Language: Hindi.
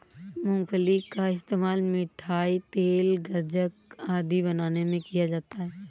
मूंगफली का इस्तेमाल मिठाई, तेल, गज्जक आदि बनाने में किया जाता है